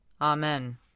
Amen